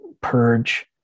purge